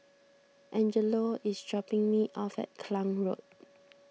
Angelo is dropping me off at Klang Road